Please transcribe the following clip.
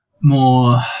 more